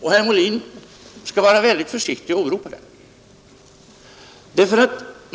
och herr Molin skall vara väldigt försiktig med att åberopa den.